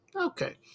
Okay